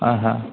हां हां